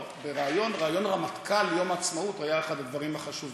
אבל ריאיון רמטכ"ל ביום העצמאות היה אחד הדברים החשובים.